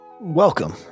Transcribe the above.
Welcome